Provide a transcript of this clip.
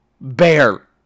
bear